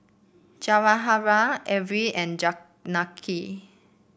Ghanshyam Arvind and Janaki